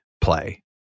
play